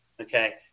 okay